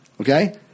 okay